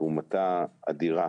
תרומתה אדירה,